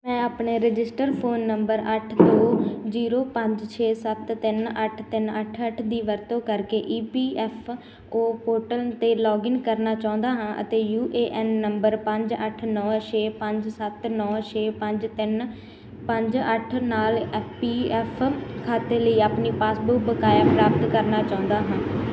ਮੈਂ ਆਪਣੇ registered phone number ਅੱਠ ਦੋ ਜੀਰੋ ਪੰਜ ਛੇ ਸੱਤ ਤਿੰਨ ਅੱਠ ਤਿੰਨ ਅੱਠ ਅੱਠ ਦੀ ਵਰਤੋਂ ਕਰਕੇ E P F O portal 'ਤੇ ਲੌਗਇਨ ਕਰਨਾ ਚਾਹੁੰਦਾ ਹਾਂ ਅਤੇ ਯੂ ਏ ਐਨ ਨੰਬਰ ਪੰਜ ਅੱਠ ਨੌਂ ਛੇ ਪੰਜ ਸੱਤ ਨੌਂ ਛੇ ਪੰਜ ਤਿੰਨ ਪੰਜ ਅੱਠ ਨਾਲ ਐਫ ਪੀ ਐਫ ਖਾਤੇ ਲਈ ਆਪਣੀ ਪਾਸਬੁੱਕ ਬਕਾਇਆ ਪ੍ਰਾਪਤ ਕਰਨਾ ਚਾਹੁੰਦਾ ਹਾਂ